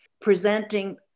presenting